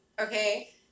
okay